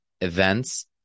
events